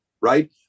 right